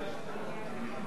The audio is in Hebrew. במשך שנים